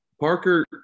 Parker